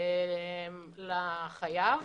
לחייב.